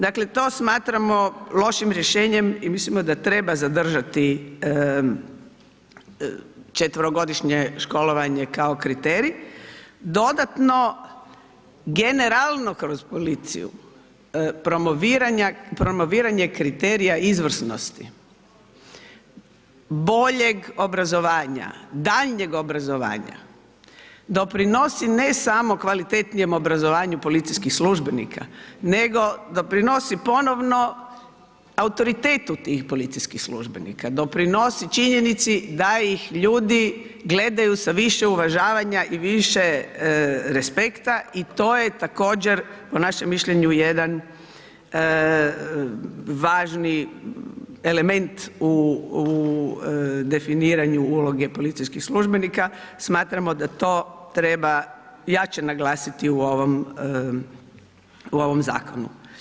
Dakle, to smatramo lošim rješenjem i mislimo da treba zadržati četverogodišnje školovanje kao kriterij, dodatno generalno kroz policiju, promoviranje kriterija izvrsnosti, boljeg obrazovanja, daljnjeg obrazovanja, doprinosi ne samo kvalitetnijem obrazovanju policijskog službenika, nego doprinosi ponovno autoritet tih policijskih službenika, doprinosi činjenici da ih ljudi gledaju sa više uvažavanja i više respekta i to je također, po našem mišljenju jedan važni element u definiranju uloga policijskih službenika, smatramo da to treba jače naglasiti u ovom zakonu.